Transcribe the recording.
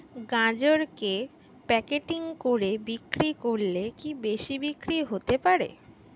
গাজরকে প্যাকেটিং করে বিক্রি করলে কি বেশি বিক্রি হতে পারে?